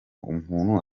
umuntu